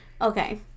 Okay